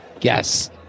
yes